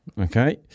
Okay